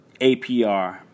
APR